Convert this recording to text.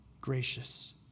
gracious